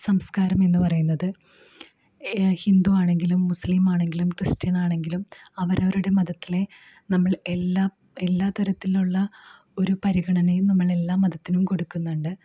സംസ്കാരം എന്ന് പറയുന്നത് ഹിന്ദു ആണെങ്കിലും മുസ്ലിം ആണെങ്കിലും ക്രിസ്ത്യൻ ആണെങ്കിലും അവരവരുടെ മതത്തിലെ നമ്മൾ എല്ലാം എല്ലാതരത്തിലുള്ള ഒരു പരിഗണനയും നമ്മൾ എല്ലാ മതത്തിനും കൊടുക്കുന്നുണ്ട്